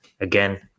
again